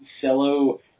fellow